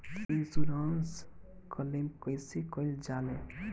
Insurance claim कइसे कइल जा ले?